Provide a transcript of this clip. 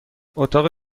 اتاق